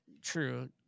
true